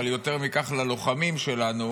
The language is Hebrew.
אבל יותר מכך ללוחמים שלנו